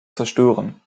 zerstören